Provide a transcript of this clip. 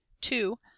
two